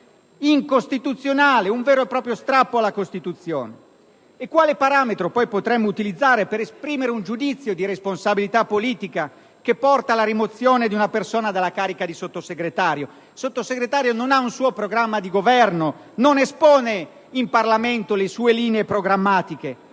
incostituzionale: un vero e proprio strappo alla Costituzione. Quale parametro poi potremmo utilizzare per esprimere un giudizio di responsabilità politica che porta alla rimozione di una persona dalla carica di Sottosegretario? Il Sottosegretario non ha un suo programma di governo, non espone in Parlamento le sue linee programmatiche;